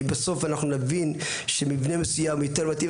ואם בסוף אנחנו נבין שמבנה מסוים יותר ייטיב,